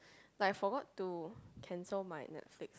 like I forgot to cancel my Netflix